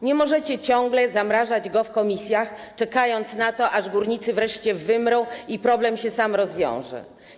Nie możecie ciągle zamrażać go w komisjach, czekając na to, aż górnicy wreszcie wymrą i problem się sam rozwiąże.